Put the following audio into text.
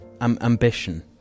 ambition